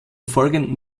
folgenden